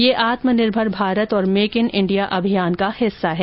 यह आत्मनिर्भर भारत और मेक इन इंडिया अभियान का हिस्सा है